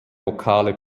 lokale